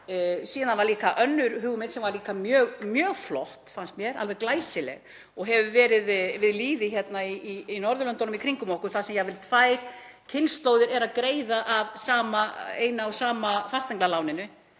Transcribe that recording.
Síðan var líka önnur hugmynd, sem var líka mjög flott, fannst mér, alveg glæsileg, og hefur verið við lýði á Norðurlöndunum, hér í kringum okkur, þar sem tvær kynslóðir eru jafnvel að greiða af eina og sama fasteignaláninu.